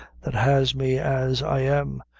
that has me as i am,